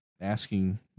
asking